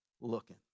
looking